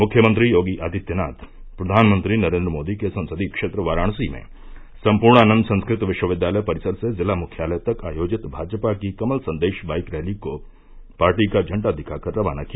मुख्यमंत्री योगी आदित्यनाथ प्रधानमंत्री नरेन्द्र मोदी के संसदीय क्षेत्र वाराणसी में सम्पूर्णानन्द संस्कृत विश्वविद्यालय परिसर से जिला मुख्यालय तक आयोजित भाजपा की कमल संदेश बाईक रैली को पार्टी का झंडा दिखाकर रवाना किया